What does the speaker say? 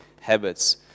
habits